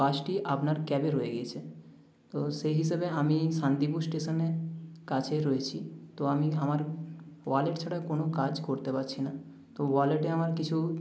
পাসটি আপনার ক্যাবে রয়ে গেছে তো সেই হিসেবে আমি শান্তিপুর স্টেশনের কাছে রয়েছি তো আমি আমার ওয়ালেট ছাড়া কোনও কাজ করতে পারছি না তো ওয়ালেটে আমার কিছু